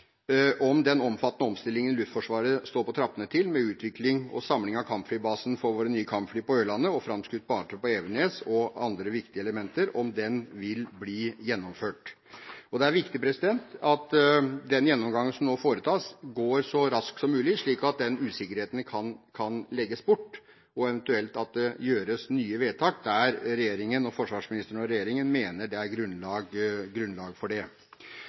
om den omfattende omstillingen Luftforsvaret står på trappene til, med utvikling og samling av kampflybasen for våre nye kampfly på Ørlandet og framskutt base på Evenes og andre viktige elementer, vil bli gjennomført. Det er viktig at den gjennomgangen som nå foretas, går så raskt som mulig, slik at usikkerheten kan legges bort, og at det eventuelt gjøres nye vedtak der forsvarsministeren og regjeringen mener det er grunnlag for det.